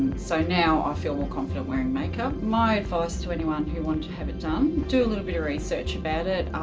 so, now i feel more confident wearing makeup. my advice to anyone who wanted to have it done, do a little bit of research about it.